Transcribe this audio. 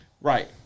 Right